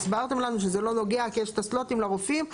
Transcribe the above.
הסברתם לנו שזה לא נוגע כי יש את הסלוטים לרופאים,